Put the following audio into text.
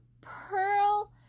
pearl